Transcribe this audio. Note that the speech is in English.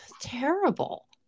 Terrible